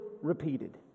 repeated